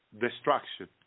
destruction